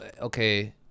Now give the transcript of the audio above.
okay